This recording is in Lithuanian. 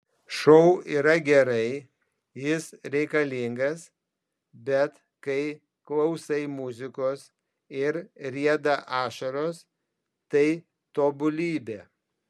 šou yra gerai jis reikalingas bet kai klausai muzikos ir rieda ašaros tai tobulybė